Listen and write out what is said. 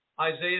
Isaiah